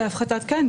כן.